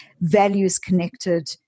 values-connected